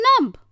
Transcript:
numb